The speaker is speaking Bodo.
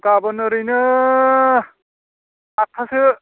गाबोन ओरैनो आटथासो